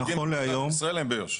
גם ברחוב.